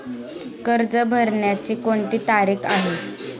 कर्ज भरण्याची कोणती तारीख आहे?